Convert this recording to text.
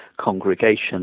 congregation